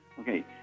Okay